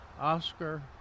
Oscar